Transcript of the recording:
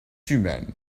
humaines